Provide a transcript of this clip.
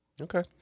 Okay